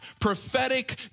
prophetic